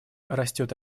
растет